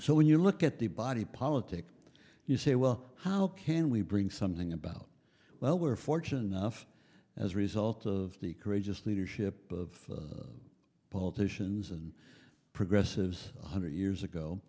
so when you look at the body politic you say well how can we bring something about well we're fortunate enough as a result of the courageous leadership of politicians and progressives one hundred years ago